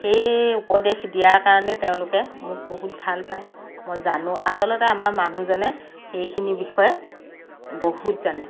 সেই উপদেশ দিয়াৰ কাৰণে তেওঁলোকে মোক বহুত ভাল পায় মই জানো আচলতে আমাৰ মানুহজনে সেইখিনি বিষয়ে বহুত জানে